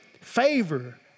favor